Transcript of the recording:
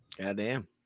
Goddamn